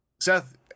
Seth